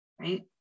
Right